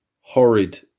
horrid